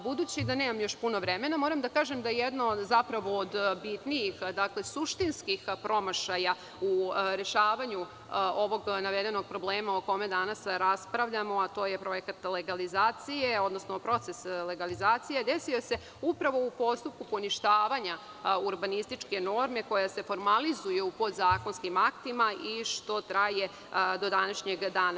Budući da nemam još puno vremena, moram da kažem da jedno od bitnijih, suštinskih promašaja u rešavanju ovog navedenog problema o kome danas raspravljamo, a to je proces legalizacije, desio se upravo u postupku poništavanja urbanističke norme koja se formalizuje u podzakonskim aktima i što traje do današnjeg dana.